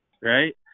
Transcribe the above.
Right